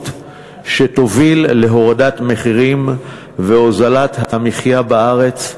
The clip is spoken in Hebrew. שתוביל להורדת מחירים ולהוזלת המחיה בארץ,